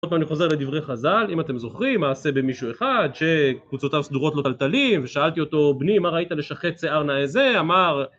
אני חוזר לדברי חז"ל, אם אתם זוכרים, מעשה במישהו אחד, שקוצותיו סדורות לו תלתלים, ושאלתי אותו בני, מה ראית לשחת שיער נאה זה, אמר